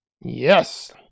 Yes